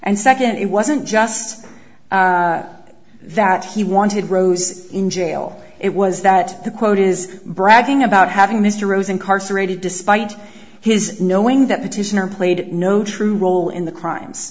and second it wasn't just that he wanted rose in jail it was that the quote is bragging about having mr rose incarcerated despite his knowing that petitioner played no true role in the crimes